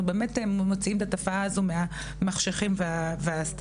באמת מוציאים את התופעה הזאת מהמחשכים וההסתרה.